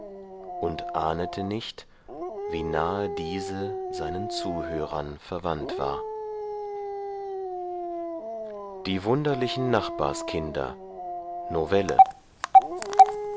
und ahnete nicht wie nahe diese seinen zuhörern verwandt war die wunderlichen nachbarskinder novelle